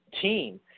team